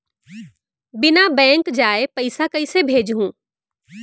बिना बैंक जाए पइसा कइसे भेजहूँ?